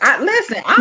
Listen